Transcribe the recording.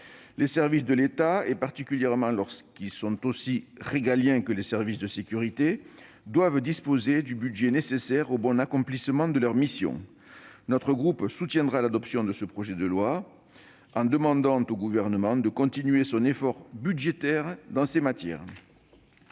Les services de l'État, particulièrement lorsqu'ils sont aussi régaliens que les services de sécurité, doivent disposer du budget nécessaire au bon accomplissement de leur mission. Le groupe Les Indépendants - République et Territoires soutiendra donc l'adoption de ce projet de loi, en demandant au Gouvernement de continuer son effort budgétaire dans ces domaines.